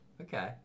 Okay